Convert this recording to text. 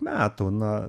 metų na